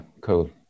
cool